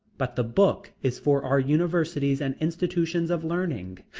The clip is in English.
but the book is for our universities and institutions of learning.